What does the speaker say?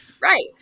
Right